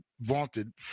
vaunted